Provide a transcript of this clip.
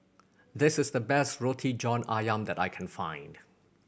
this is the best Roti John Ayam that I can find